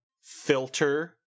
Filter